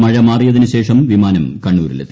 മഴ മാറിയതിന് ശേഷം വിമാനം കണ്ണൂരിലെത്തി